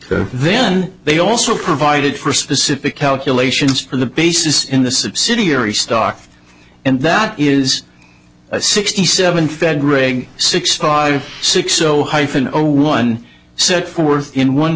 two then they also provided for specific calculations for the basis in the subsidiary stock and that is sixty seven fed rate six five six zero hyphen or one set forth in one